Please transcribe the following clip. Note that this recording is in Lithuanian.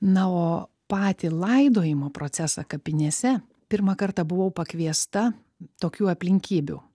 na o patį laidojimo procesą kapinėse pirmą kartą buvau pakviesta tokių aplinkybių